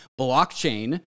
blockchain